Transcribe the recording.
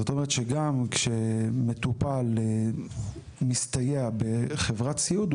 זאת אומרת שגם כשמטופל מסתייע בחברת סיעוד,